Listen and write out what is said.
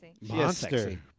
Monster